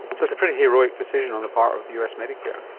so it's a pretty heroic decision on the part of us medicare.